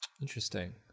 Interesting